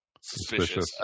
suspicious